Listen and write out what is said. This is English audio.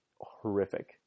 horrific